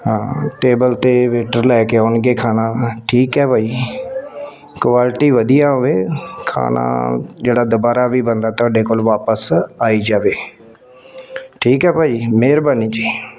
ਹਾਂ ਟੇਬਲ 'ਤੇ ਵੇਟਰ ਲੈ ਕੇ ਆਉਣਗੇ ਖਾਣਾ ਠੀਕ ਹੈ ਬਾਈ ਕੁਆਲਿਟੀ ਵਧੀਆ ਹੋਵੇ ਖਾਣਾ ਜਿਹੜਾ ਦੁਬਾਰਾ ਵੀ ਬੰਦਾ ਤੁਹਾਡੇ ਕੋਲ ਵਾਪਿਸ ਆਈ ਜਾਵੇ ਠੀਕ ਹੈ ਭਾਈ ਮਿਹਰਬਾਨੀ ਜੀ